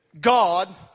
God